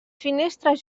finestres